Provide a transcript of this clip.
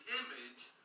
image